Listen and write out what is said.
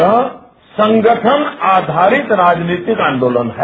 यह संगठन आधारित राजनीतिक आंदोलन है